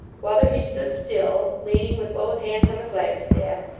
whether he stood still, leaning with both hands on the flagstaff,